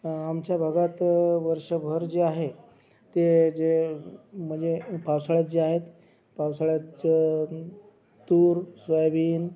आमच्या भागात वर्षभर जे आहे ते जे म्हणजे पावसाळ्यात जे आहे पावसाळ्याचं तूर सोयाबीन